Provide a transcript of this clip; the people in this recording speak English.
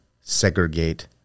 segregate